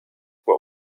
what